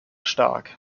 stark